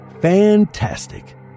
Fantastic